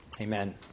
amen